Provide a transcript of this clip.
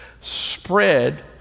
Spread